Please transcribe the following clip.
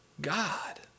God